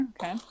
okay